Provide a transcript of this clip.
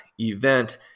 event